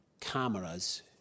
cameras